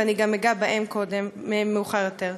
וגם אגע בהם מאוחר יותר.